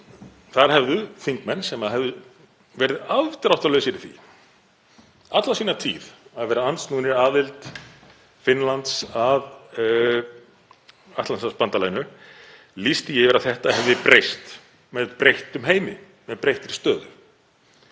þar hefðu þingmenn sem höfðu verið afdráttarlausir í því alla sína tíð að vera andsnúnir aðild Finnlands að Atlantshafsbandalaginu lýst því yfir að þetta hefði breyst, með breyttum heimi, með breyttri stöðu.